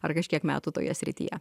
ar kažkiek metų toje srityje